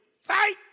Fight